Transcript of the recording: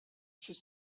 should